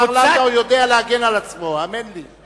השר לנדאו יודע להגן על עצמו, האמן לי.